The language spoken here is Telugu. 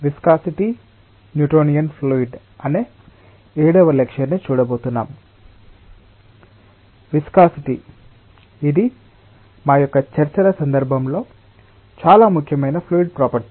విస్కాసిటి ఇది మా యొక్క చర్చల సందర్భంలో చాలా ముఖ్యమైన ఫ్లూయిడ్ ప్రాపర్టీ